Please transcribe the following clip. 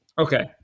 Okay